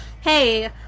Hey